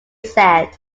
said